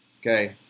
Okay